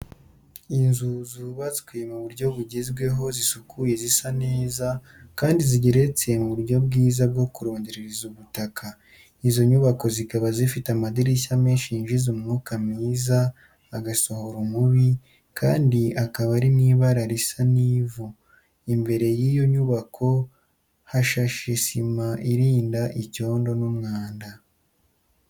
Inzu zubatse mu buryo bugezeho zisukuye zisa neza, kandi zigeretse mu buryo bwiza bwo kurondereza ubutaka. Izo nyubako zikaba zifite amadirishya menshi yinjiza umwuka mwiza agasora umubi, kandi akaba ari mu ibara risa n'ivu. Imbere y'iyo nyubako hashashe sima irinda icyondo n'umwanda.